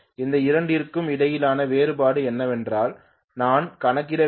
இந்த இரண்டிற்கும் இடையிலான வேறுபாடு என்னவென்றால் நான் கணக்கிட வேண்டும்